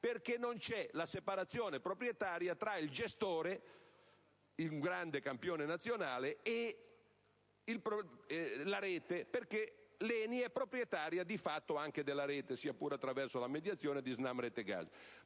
perché non c'è la separazione proprietaria tra il gestore, un grande campione nazionale, e la rete: l'ENI è, di fatto, proprietario anche della rete, sia pure attraverso la mediazione di SNAM-Rete gas.